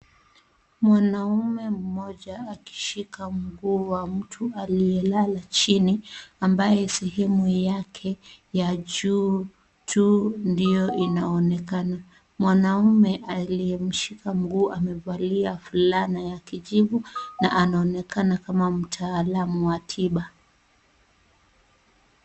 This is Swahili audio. Mwanaume mmoja akishika mguu wa mtu aliyelala chini ambaye sehemu yake ya juu tu ndiyo inaonekana. Mwanaume aliyemshika mguu amevalia fulana ya kijivu na anaonekana kama mtaalam wa tiba.